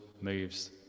moves